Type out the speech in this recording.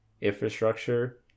infrastructure